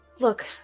Look